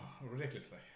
ridiculously